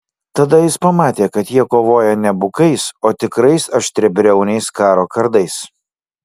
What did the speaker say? tada jis pamatė kad jie kovoja ne bukais o tikrais aštriabriauniais karo kardais